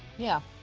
yeah